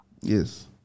Yes